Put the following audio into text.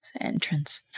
entrance